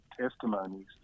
testimonies